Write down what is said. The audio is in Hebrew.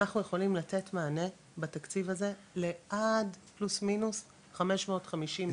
אנחנו יכולים לתת מענה בתקציב הזה לעד פלוס מינוס 550 נשים.